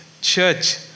church